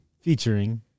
Featuring